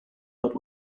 but